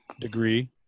degree